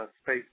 Space